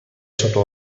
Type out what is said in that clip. sota